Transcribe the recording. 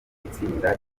itsinda